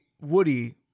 woody